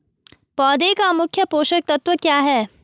पौधें का मुख्य पोषक तत्व क्या है?